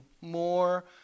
more